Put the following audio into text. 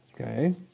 Okay